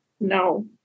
No